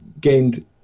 gained